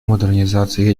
модернизации